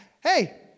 hey